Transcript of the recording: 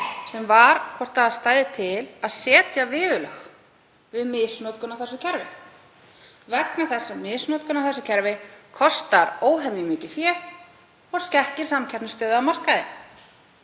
sem var hvort það stæði til að setja viðurlög við misnotkun á þessu kerfi vegna þess að misnotkun á því kostar óhemju mikið fé og skekkir samkeppnisstöðu á markaði.